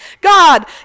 God